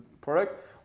product